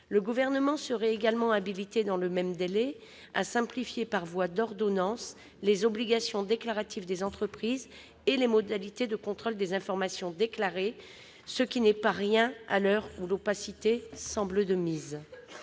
Le Gouvernement serait également habilité dans le même délai à simplifier par voie d'ordonnance les obligations déclaratives des entreprises et les modalités de contrôle des informations déclarées, ce qui n'est pas rien à l'heure où l'opacité semble de mise.